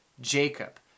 Jacob